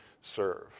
serve